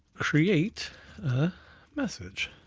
create a message.